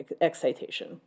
excitation